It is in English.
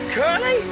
Curly